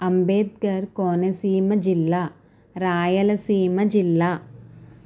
అంబేద్కర్ కోనసీమ జిల్లా రాయలసీమ జిల్లా